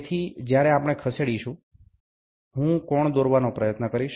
તેથી જ્યારે આપણે ખસેડીશું હું કોણ દોરવાનો પ્રયત્ન કરીશ